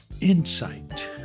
insight